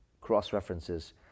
cross-references